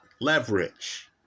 leverage